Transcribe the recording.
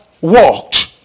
walked